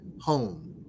home